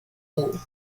all